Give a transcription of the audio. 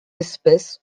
espèces